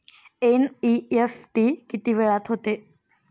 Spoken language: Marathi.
एन.इ.एफ.टी किती वेळात होते?